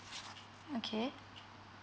okay